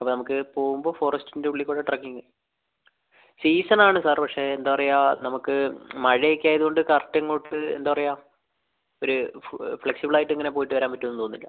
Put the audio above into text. അപ്പം നമുക്ക് പോവുമ്പം ഫോറസ്റ്റിൻ്റെ ഉള്ളിൽ കൂട ട്രെക്കിംഗ് സീസണാണ് സാർ പക്ഷെ എന്താ പറയാ നമുക്ക് മഴയൊക്കെ ആയതോണ്ട് കറക്റ്റ് അങ്ങോട്ട് എന്താ പറയാ ഒരു ഫ്ലെക്സിബിളായിറ്റ് ഇങ്ങനെ പോയിട്ട് വരാൻ പറ്റൂന്ന് തോന്നുന്നില്ല